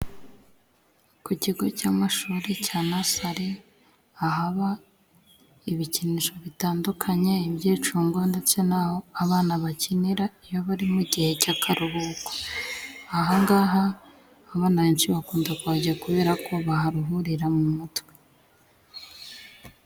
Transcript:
Ku kigo cy'amashuri cya nasari, ahaba ibikinisho bitandukanye, ibyicungo ndetse n'aho abana bakinira iyo bari mu gihe cy'akaruhuko. Ahangaha abana benshi bakunda kuhajya kubera ko baharuhurira mu mutwe.